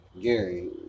Gary